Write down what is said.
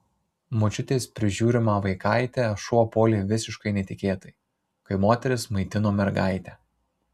močiutės prižiūrimą vaikaitę šuo puolė visiškai netikėtai kai moteris maitino mergaitę